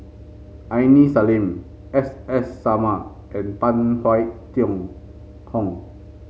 Aini Salim S S Sarma and Phan Wait Hong